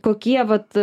kokie vat